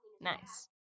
Nice